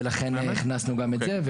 ולכן, הכנסנו גם את זה.